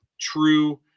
true